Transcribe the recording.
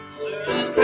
certain